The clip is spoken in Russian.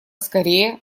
скорее